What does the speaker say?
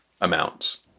amounts